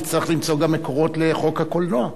נצטרך למצוא גם מקורות לחוק הקולנוע.